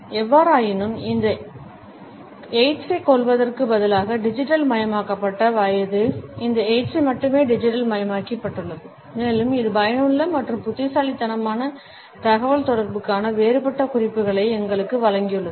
எவ்வாறாயினும் இந்த எய்ட்ஸைக் கொல்வதற்குப் பதிலாக டிஜிட்டல் மயமாக்கப்பட்ட வயது இந்த எய்ட்ஸை மட்டுமே டிஜிட்டல் மயமாக்கியுள்ளது மேலும் இது பயனுள்ள மற்றும் புத்திசாலித்தனமான தகவல்தொடர்புக்கான வேறுபட்ட குறிப்புகளை எங்களுக்கு வழங்கியுள்ளது